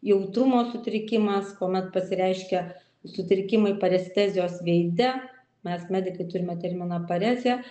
jautrumo sutrikimas kuomet pasireiškia sutrikimai parestezijos veide mes medikai turime terminą parezė